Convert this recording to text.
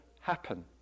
happen